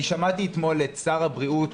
אני שמעתי אתמול את שר הבריאות